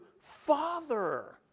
Father